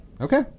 Okay